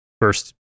first